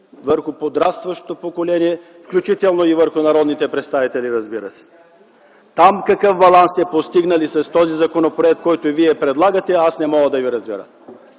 върху подрастващото поколение, включително и върху народните представители, разбира се. (Оживление.) Там какъв баланс сте постигнали с този законопроект, който вие предлагате, аз не мога да го видя.